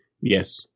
Yes